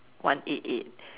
one eight eight